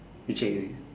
you check already